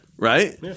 Right